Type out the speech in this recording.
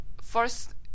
first